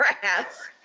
grass